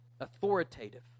authoritative